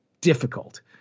difficult